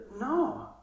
No